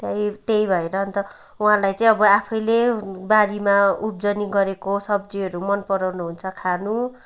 त्य त्यही भएर अन्त उहाँलाई चाहिँ अब आफैले बारीमा उब्जनी गरेको सब्जीहरू मन पराउनु हुन्छ खानु